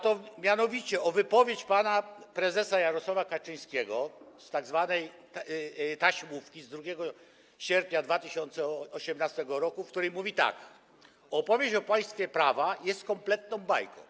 Chodzi mianowicie o wypowiedź pana prezesa Jarosława Kaczyńskiego z tzw. taśmówki z 2 sierpnia 2018 r., w której mówi tak: Opowieść o państwie prawa jest kompletną bajką.